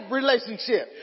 relationship